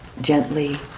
gently